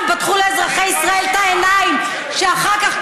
תתביישי לך.